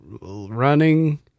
running